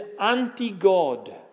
anti-God